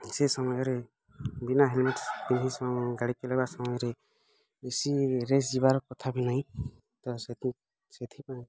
ସେ ସମୟରେ ବିନା ହେଲମେଟ୍ ପିନ୍ଧି ଗାଡ଼ି ଚଲେଇବା ସମୟରେ ବେଶୀ ରେସ୍ ଯିବାର କଥା ବି ନାହିଁ ତ ସେଥିପାଇଁ